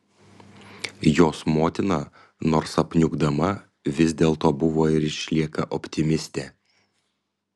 jos motina nors apniukdama vis dėlto buvo ir išlieka optimistė